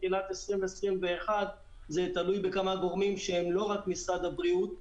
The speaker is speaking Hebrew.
תחילת 2021. זה תלוי בכמה גורמים שהם לא רק משרד הבריאות,